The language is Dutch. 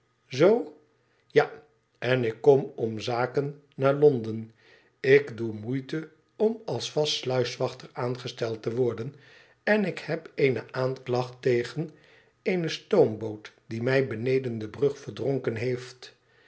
zoo ja en ik kom om zaken naar londen ik doe moeite om als vast sluiswachter aangesteld te worden en ik heb eene aanklacht tegen eene stoomboot die mij beneden de brug verdronken heeft